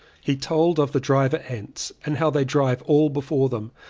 he told of the driver ants and how they drive all before them,